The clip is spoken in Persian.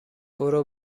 برو